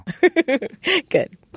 Good